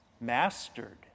mastered